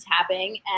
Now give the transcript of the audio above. tapping